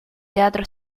teatro